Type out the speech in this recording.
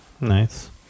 Nice